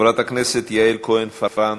חברת הכנסת יעל כהן-פארן,